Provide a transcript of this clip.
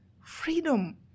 Freedom